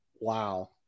wow